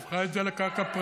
המדינה הפכה את זה לקרקע פרטית.